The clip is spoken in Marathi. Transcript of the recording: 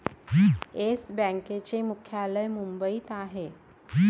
येस बँकेचे मुख्यालय मुंबईत आहे